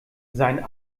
seinen